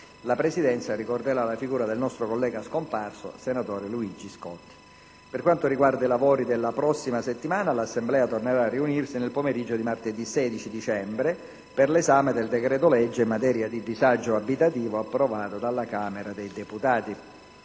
la Presidenza ricorderà la figura del nostro collega scomparso, senatore Luigi Scotti. Per quanto riguarda i lavori della prossima settimana, l'Assemblea tornerà a riunirsi nel pomeriggio di martedì 16 dicembre per l'esame del decreto-legge in materia di disagio abitativo, approvato dalla Camera dei deputati.